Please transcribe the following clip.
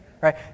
Right